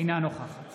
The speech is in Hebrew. אינה נוכחת